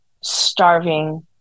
starving